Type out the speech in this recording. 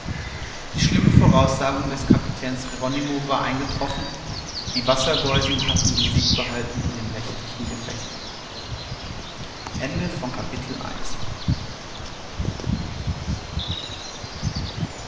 die schlimme voraussagung des kapitäns jeronimo war eingetroffen die wassergeusen hatten den sieg behalten in dem nächtlichen gefecht